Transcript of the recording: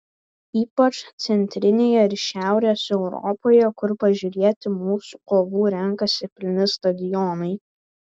ypač centrinėje ir šiaurės europoje kur pažiūrėti mūsų kovų renkasi pilni stadionai